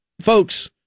Folks